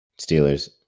Steelers